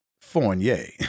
Fournier